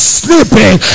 sleeping